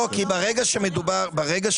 ככה לאט-לאט מי שהפרוטה בידו